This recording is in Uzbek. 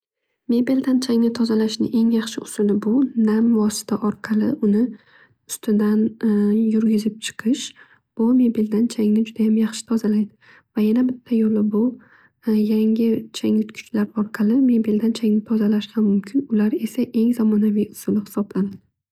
Mebeldan changi tozalashni eng yaxshi usuli bu nam vosita orqaliuni ustidan yurgizib chiqish mebeldan changni juda yaxshi tozalaydi. Va yana bitta yo'li bu chang yutgichlar orqali changni tozalash ham mumkin. Ular esa eng zamonaviu usul hisoblanadi.